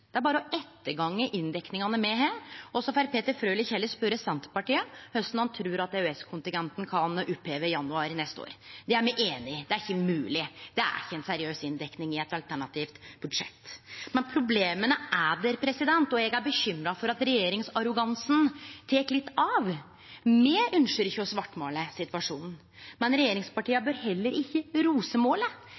Det er berre å ettergå inndekningane me har, og så får Peter Frølich heller spørje Senterpartiet korleis ein trur at ein kan oppheve EØS-kontingenten i januar neste år. Der er me einige, det er ikkje mogleg, det er ikkje ei seriøs inndekning i eit alternativt budsjett. Men problema er der, og eg er bekymra for at regjeringsarrogansen tek litt av. Me ønskjer ikkje å svartmåle situasjonen, men regjeringspartia bør heller ikkje rosemåle,